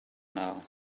now